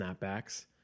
Snapbacks